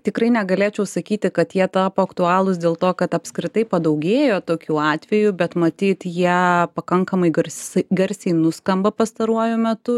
tikrai negalėčiau sakyti kad jie tapo aktualūs dėl to kad apskritai padaugėjo tokių atvejų bet matyt jie pakankamai garsiai garsiai nuskamba pastaruoju metu